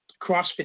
CrossFit